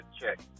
check